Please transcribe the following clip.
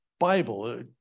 bible